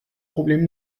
problem